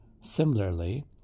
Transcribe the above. similarly